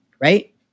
right